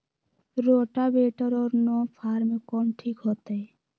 Rotavator और नौ फ़ार में कौन ठीक होतै?